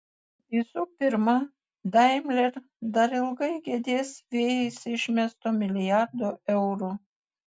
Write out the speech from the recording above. visų pirma daimler dar ilgai gedės vėjais išmesto milijardo eurų